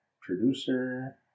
Producer